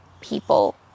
people